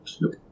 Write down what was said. Nope